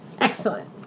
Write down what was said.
excellent